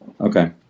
okay